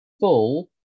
full